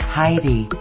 Heidi